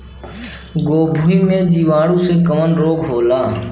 गोभी में जीवाणु से कवन रोग होला?